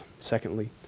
secondly